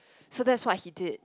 so that's what he did